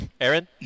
Aaron